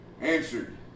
answered